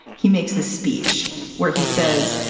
he makes this speech where he says,